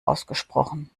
ausgesprochen